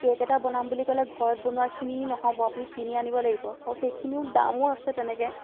cake এটা বনাম বুলি ক'লে ঘৰত বনোৱাখিনি নহ'ব আপুনি কিনি আনিব লাগিব সেইখিনি দামো আছে তেনেকে